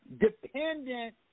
dependent